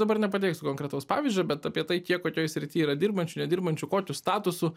dabar nepateiksiu konkretaus pavyzdžio bet apie tai kiek kokioj srity yra dirbančių nedirbančių kokiu statusu